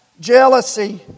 jealousy